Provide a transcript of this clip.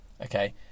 okay